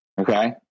Okay